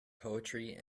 poetry